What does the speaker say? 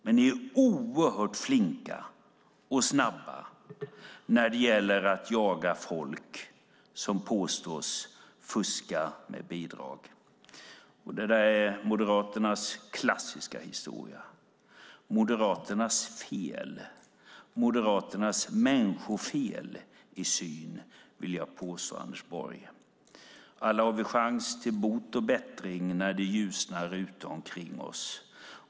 Men ni är oerhört flinka och snabba när det gäller att jaga folk som påstås fuska med bidrag. Det är Moderaternas klassiska historia, nämligen Moderaternas fel i sin människosyn, vill jag påstå Anders Borg. Alla har vi chans till bot och bättring när det ljusnar ute omkring oss.